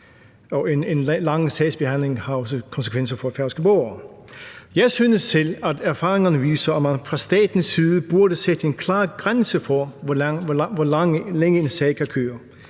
og en lang sagsbehandlingstid har også konsekvenser for færøske borgere. Jeg synes selv, at erfaringerne viser, at man fra statens side burde sætte en klar grænse for, hvor længe en sag kan køre.